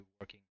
working